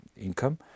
income